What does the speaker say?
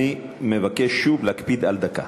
אני מבקש שוב להקפיד על דקה.